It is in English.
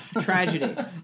Tragedy